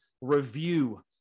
review